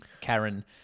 Karen